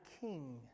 king